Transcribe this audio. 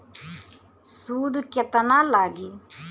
सूद केतना लागी?